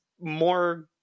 more